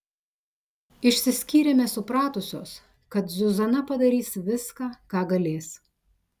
išsiskyrėme supratusios kad zuzana padarys viską ką galės